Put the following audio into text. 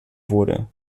wurde